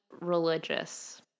religious